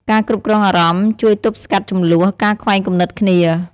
ការគ្រប់់គ្រងអារម្មណ៍ជួយទប់ស្កាត់ជម្លោះ ការខ្វែងគំនិតគ្នា។